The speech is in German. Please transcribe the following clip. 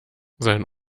sein